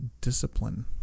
discipline